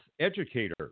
educator